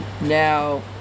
Now